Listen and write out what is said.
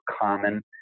common